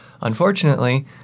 Unfortunately